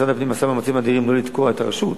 משרד הפנים עשה מאמצים אדירים לא לתקוע את הרשות.